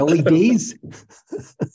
LEDs